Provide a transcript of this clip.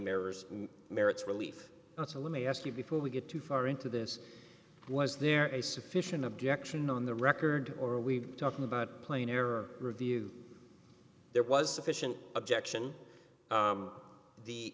mirrors merits relief so let me ask you before we get too far into this was there a sufficient objection on the record or are we talking about plain error review there was sufficient objection